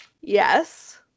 Yes